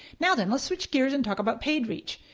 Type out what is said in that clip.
now then let's switch gears and talk about paid reach.